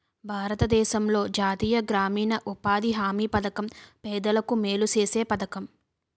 భారతదేశంలో జాతీయ గ్రామీణ ఉపాధి హామీ పధకం పేదలకు మేలు సేసే పధకము